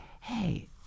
hey